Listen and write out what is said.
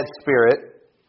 spirit